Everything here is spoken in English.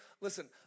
listen